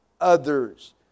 others